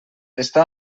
està